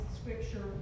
scripture